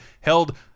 held